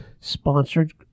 sponsored